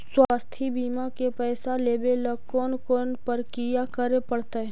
स्वास्थी बिमा के पैसा लेबे ल कोन कोन परकिया करे पड़तै?